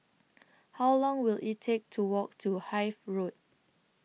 How Long Will IT Take to Walk to Hythe Road